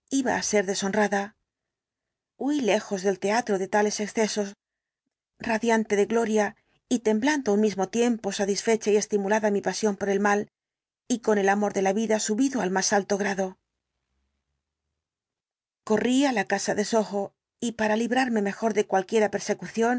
iba á ser deshonrada huí lejos del teatro de tales excesos radiante de gloria y temblando á un mismo tiempo satisfecha y estimulada mi pasión por el mal y con el amor de la vida subido al más alto grado corrí á la casa de soho y para librarme mejor de cualquiera persecución